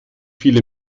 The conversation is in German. viele